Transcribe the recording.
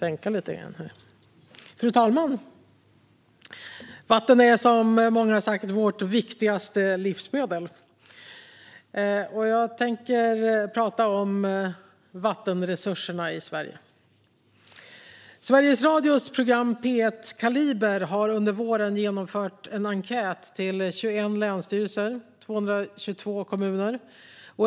Fru talman! Vatten är, som många har sagt, vårt viktigaste livsmedel. Jag tänker tala om vattenresurserna i Sverige. Sveriges Radios program P1 Kaliber har under våren genomfört en enkät till 21 länsstyrelser och 222 kommuner.